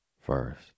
First